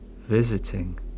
Visiting